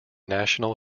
national